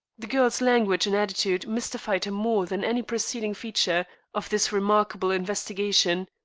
the girl's language and attitude mystified him more than any preceding feature of this remarkable investigation.